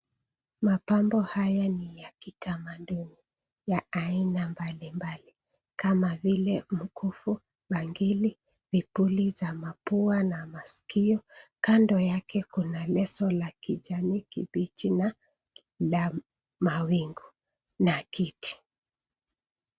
Mapambo haya ni ya kitamaduni ya aina mbali mbali kama vile mkufu, bangili , vipuli vya mapua na maskio . Kando yake kuna leso la kijani kibichi na mawingu na kiti.